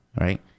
right